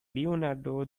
leonardo